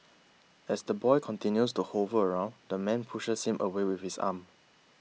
as the boy continues to hover around the man pushes him away with his arm